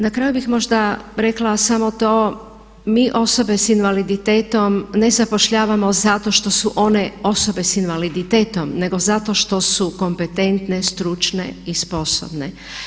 Na kraju bih možda rekla samo to mi osobe s invaliditetom ne zapošljavamo zato što su one osobe s invaliditetom nego zato što su kompetentne, stručne i sposobne.